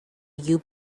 you